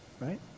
right